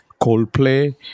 Coldplay